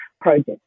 project